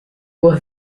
was